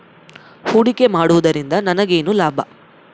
ಹೂಡಿಕೆ ಮಾಡುವುದರಿಂದ ನನಗೇನು ಲಾಭ?